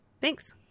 Thanks